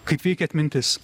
kaip veikia atmintis